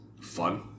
Fun